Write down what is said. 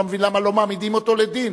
אני לא מבין למה לא מעמידים אותו לדין?